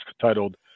titled